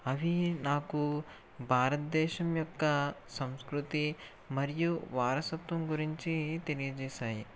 అవి నాకు భారతదేశం యొక్క సంస్కృతి మరియు వారసత్వం గురించి తెలియజేసాయి